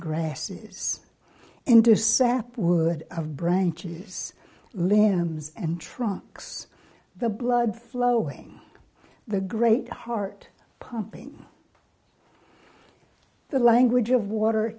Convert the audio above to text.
grasses induced sap wood of branches limbs and trunks the blood flowing the great heart pumping the language of water